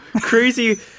Crazy